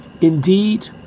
Indeed